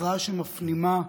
הכרעה שמפנימה,